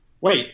Wait